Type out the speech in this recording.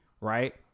right